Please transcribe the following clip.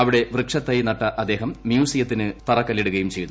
അവിടെ വൃക്ഷർത്തെ നട്ട അദ്ദേഹം മ്യൂസിയത്തിന് തറക്കല്ലിടുകയും ചെയ്തു